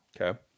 Okay